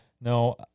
No